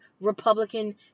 Republican